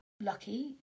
Lucky